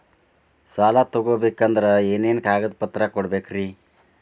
ಸಾಲ ತೊಗೋಬೇಕಂದ್ರ ಏನೇನ್ ಕಾಗದಪತ್ರ ಕೊಡಬೇಕ್ರಿ?